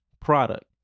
product